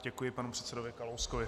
Děkuji panu předsedovi Kalouskovi.